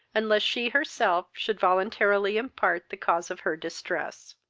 unless she herself should voluntarily impart the cause of her distress.